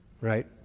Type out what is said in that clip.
Right